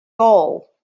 goal